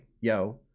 yo